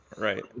Right